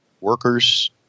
workers